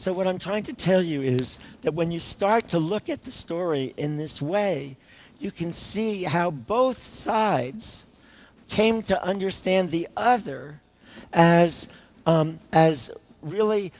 so what i'm trying to tell you is that when you start to look at the story in this way a you can see how both sides came to understand the other as as really